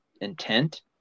intent